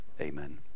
amen